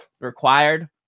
required